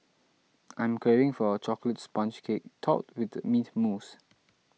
I'm craving for a Chocolate Sponge Cake Topped with Mint Mousse